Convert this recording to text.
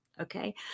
okay